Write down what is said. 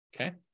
Okay